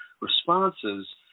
responses